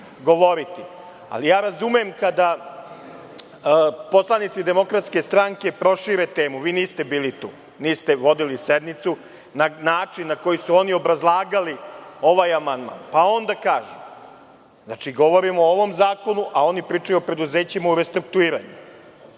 Razumem kada poslanici DS prošire temu, vi niste bili tu, niste vodili sednicu, na način na koji su oni obrazlagali ovaj amandman, pa onda kažu, znači govorim o ovom zakonu, a oni pričaju o preduzećima u restruktuiranju,